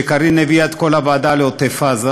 כשקארין הביאה את כל הוועדה לעוטף-עזה,